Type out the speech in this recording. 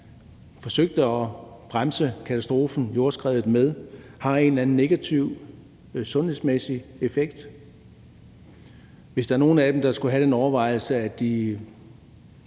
forsøgte at bremse katastrofen, jordskredet, med, har en eller anden negativ sundhedsmæssig effekt. Hvis nogle af dem, der ejer deres bolig, skulle have den overvejelse, at de